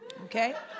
okay